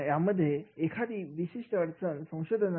यामध्ये एखादी विशिष्ट अडचण संशोधने